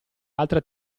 altre